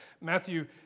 Matthew